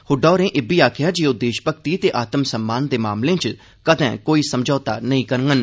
हड्डा होरें इब्बी आखेआ जे ओह् देशभक्ति ते आत्म सम्मान दे मामलें च कदें कोई समझौता नेईं करङन